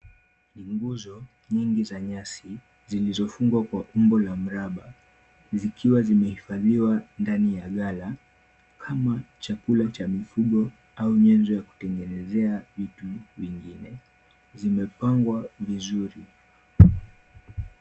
Ni nguzo nyingi za nyasi zilizofungwa kwa umbo la mraba zikiwa zimehifadhiwa ndani ya gala kama chakula cha mifugo au nyenzo ya kutengenezea vitu vingine. Zimepangwa vizuri.